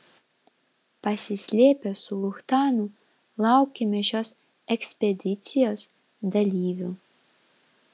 pasislėpę su luchtanu laukėme šios ekspedicijos dalyvių